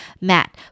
Matt